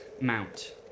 Mount